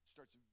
Starts